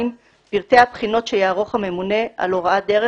פרטי הבחינות שיערוך הממונה על הוראת דרך